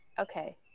Okay